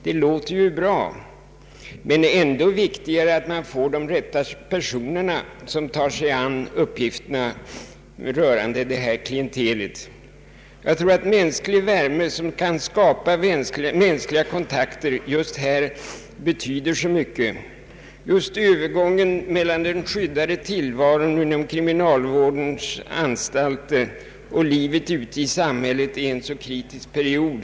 Det låter bra, men ändå viktigare är att man får de rätta personerna att ta sig an detta klientel. Mänsklig värme, som kan skapa mänskliga kontakter, betyder här oerhört mycket. Övergången mellan den skyddade tillvaron inom kriminalvårdens anstalter och livet ute i samhället är för många en kritisk period.